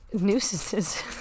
Nuisances